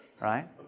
Right